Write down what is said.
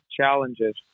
challenges